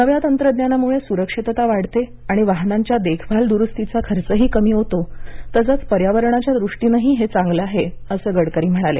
नव्या तंत्रज्ञानामुळे सुरक्षितता वाढते आणि वाहनांच्या देखभाल दुरुस्तीचा खर्चही कमी होतो तसंच पर्यावरणाच्या दृष्टीनंही हे चांगलं आहे असं गडकरी म्हणाले